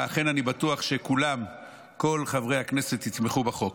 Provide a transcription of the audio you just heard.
ואכן, אני בטוח שכולם, כל חברי הכנסת, יתמכו בחוק.